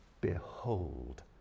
behold